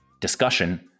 discussion